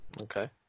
Okay